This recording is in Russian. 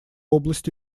области